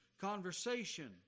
Conversation